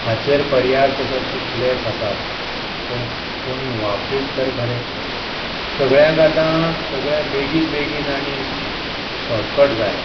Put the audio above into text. हाचेर पर्याय तर कितलेच आसात पूण कोणूय वापरीत तर खरें सगळ्यांक आतां सगळें बेगीन बेगीन आनी शॉटकर्ट जाय